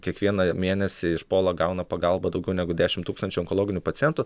kiekvieną mėnesį iš polo gauna pagalbą daugiau negu dešimt tūkstančių onkologinių pacientų